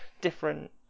different